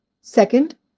Second